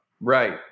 Right